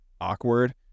awkward